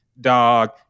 dog